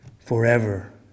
Forever